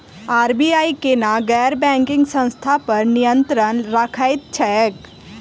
RBI केना गैर banking संस्था पर नियत्रंण राखैत छैक?